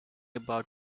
about